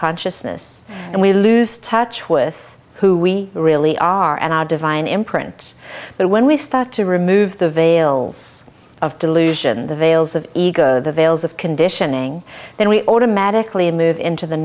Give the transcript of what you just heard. consciousness and we lose touch with who we really are and our divine imprint but when we start to remove the veils of delusion the veils of ego the veils of conditioning then we automatically move into the